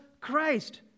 Christ